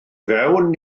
fewn